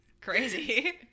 Crazy